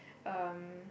um